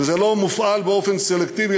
וזה לא מופעל באופן סלקטיבי,